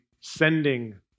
sending